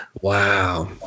Wow